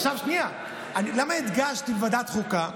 עכשיו, שנייה, למה הדגשתי ועדת חוקה?